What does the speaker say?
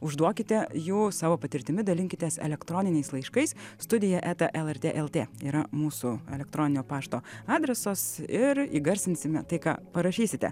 užduokite jų savo patirtimi dalinkitės elektroniniais laiškais studija eta lrt el t yra mūsų elektroninio pašto adresas ir įgarsinsime tai ką parašysite